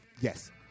Yes